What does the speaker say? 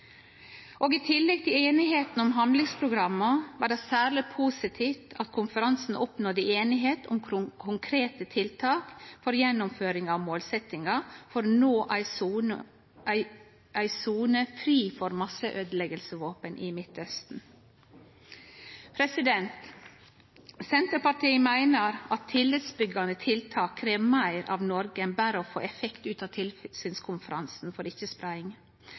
I tillegg til einigheita om handlingsprogramma var det særleg positivt at ein oppnådde einigheit om konkrete tiltak for å gjennomføre målsetjinga om ei sone fri for masseøydeleggingsvåpen i Midtausten. Senterpartiet meiner at tillitsbyggjande tiltak krev meir av Noreg enn berre å få effekt ut av tilsynskonferansen for